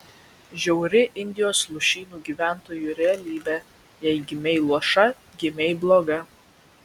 žiauri indijos lūšnynų gyventojų realybė jei gimei luoša gimei bloga